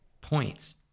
points